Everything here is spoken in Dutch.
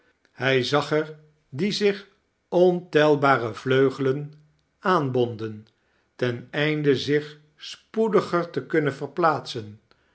hij zag er die zich ontelbare vleugelen aanbonden ten einde zich spoediger te kunnen verplaatsen